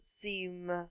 seem